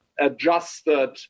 adjusted